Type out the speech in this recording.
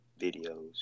videos